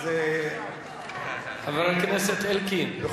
אז, ממשלה, חבר הכנסת אלקין,